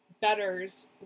betters